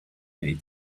date